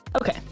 Okay